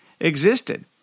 existed